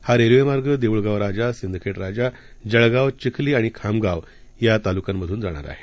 हा रेल्वेमार्ग देऊळगावराजा सिंदखेडराजा जळगाव चिखली आणि खामगाव या तालुक्यांमधून जाणार आहे